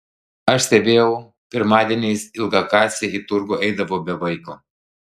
aš stebėjau pirmadieniais ilgakasė į turgų eidavo be vaiko